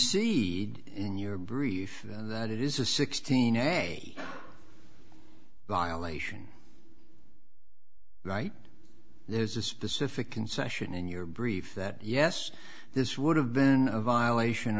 cede in your brief that it is a sixteen a violation right there's a specific concession in your brief that yes this would have been a violation